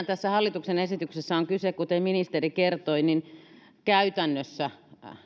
tässä hallituksen esityksessä on tosiaan kyse kuten ministeri kertoi käytännössä